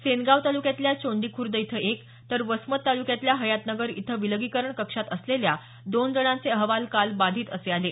सेनगाव तालुक्यातल्या चोंडी खुर्द इथं एक तर वसमत तालुक्यातल्या हयातनगर इथं विलगीकरण कक्षात असलेल्या दोन जणांचे अहवाल काल बाधित असे आले